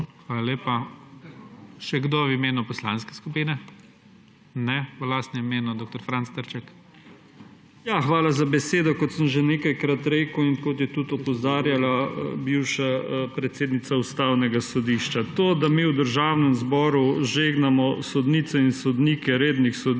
Hvala lepa. Še kdo v imenu poslanske skupine? Ne. V lastnem imenu ima besedo dr. Franc Trček. DR. FRANC TRČEK (PS SD): Hvala za besedo. Kot sem že nekajkrat rekel in kot je tudi opozarjala bivša predsednica Ustavnega sodišča. To, da mi v Državnem zboru žegnamo sodnice in sodnike rednih sodišč,